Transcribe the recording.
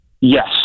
Yes